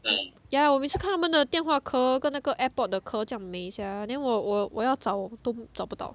yeah 我每次看他们的电话壳跟那个 airpod 的壳这样美 sia then 我我我要找都找不到